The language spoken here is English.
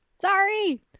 Sorry